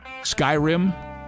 Skyrim